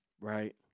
right